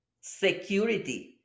security